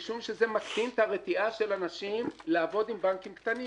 משום שזה מקטין את הרתיעה של אנשים לעבוד עם בנקים קטנים.